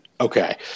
Okay